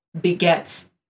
begets